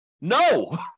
No